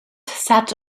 sat